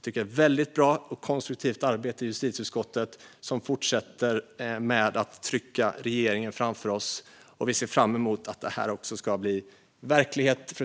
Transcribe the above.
Det har varit ett bra och konstruktivt arbete i justitieutskottet för att fortsätta att trycka regeringen framför oss. Vi ser fram emot att det här förslaget ska bli verklighet